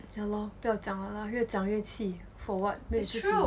yeah lor 不要讲了 lah 越讲越气 make 自己